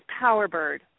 Powerbird